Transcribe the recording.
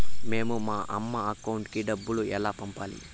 మేము మా అమ్మ అకౌంట్ కి డబ్బులు ఎలా పంపాలి